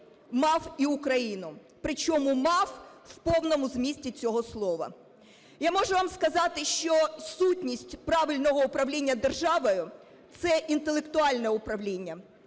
мав і Україну, причому мав – в повному змісті цього слова. Я можу вам сказати, що сутність правильного управління державою – це інтелектуальне управління.